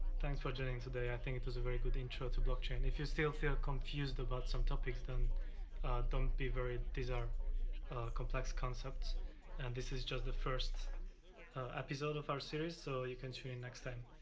thanks for joining today i think it was a very good intro to blockchain if you still feel confused about some topics then don't be worried, these are complex concepts and this is just the first episode of our series so you can show you and next time.